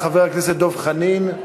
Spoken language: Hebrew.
חבר הכנסת דב חנין,